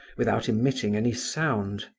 without emitting any sound.